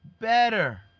better